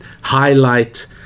highlight